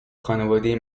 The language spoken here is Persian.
خانواده